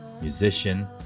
musician